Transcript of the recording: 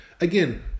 Again